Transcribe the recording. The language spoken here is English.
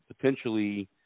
potentially –